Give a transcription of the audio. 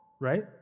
right